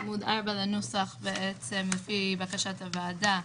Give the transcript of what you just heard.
בעמוד 4 לנוסח, לפי בקשת הוועדה,